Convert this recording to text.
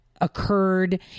occurred